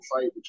fight